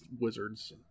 wizards